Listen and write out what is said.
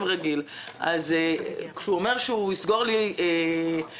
אז כשהוא אומר שהוא יסגור לי עוד